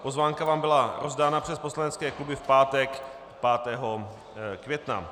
Pozvánka vám byla rozdána přes poslanecké kluby v pátek 5. května.